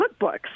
cookbooks